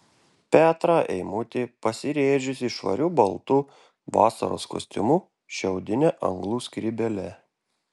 petrą eimutį pasirėdžiusį švariu baltu vasaros kostiumu šiaudine anglų skrybėle